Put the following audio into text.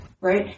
Right